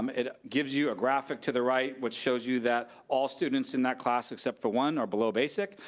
um it gives you a graphic to the right which shows you that all students in that class except for one are below basic.